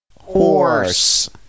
Horse